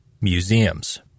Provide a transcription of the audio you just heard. Museums